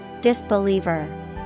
Disbeliever